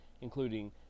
including